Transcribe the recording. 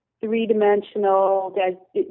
three-dimensional